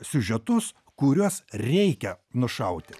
siužetus kuriuos reikia nušauti